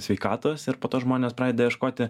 sveikatos ir po to žmonės pradeda ieškoti